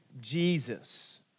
Jesus